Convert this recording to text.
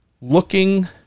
looking